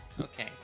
Okay